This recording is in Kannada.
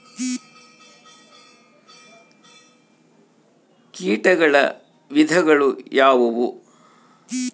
ಕೇಟಗಳ ವಿಧಗಳು ಯಾವುವು?